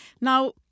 Now